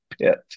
pit